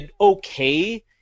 okay